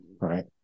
right